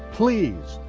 please,